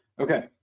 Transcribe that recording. okay